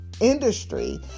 industry